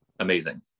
amazing